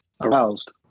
aroused